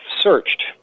searched